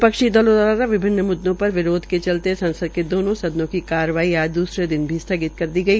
विपक्षी दलों दवारा विभिन्न मुद्दों पर विरोध के चलते संसद दोनों सदनों की कार्रवाई आज दूसरे दिन भी सथगित कर दी गई